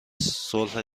صلح